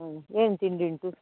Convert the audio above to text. ಹ್ಞೂ ಏನು ತಿಂಡಿ ಉಂಟು